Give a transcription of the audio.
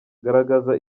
garagaza